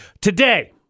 today